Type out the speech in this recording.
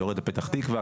יורד לפתח תקווה,